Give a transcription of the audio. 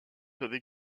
peuvent